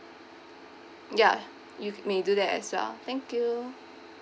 ya you ca~ may do that as well thank you